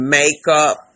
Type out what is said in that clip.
makeup